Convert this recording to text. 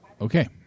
Okay